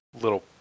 little